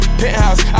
penthouse